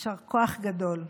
יישר כוח גדול.